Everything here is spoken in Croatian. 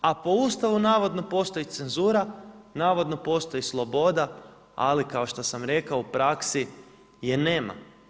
A po Ustavu navodi postoji cenzura, navodno postoji sloboda ali kao što sam rekao, u praksi je nema.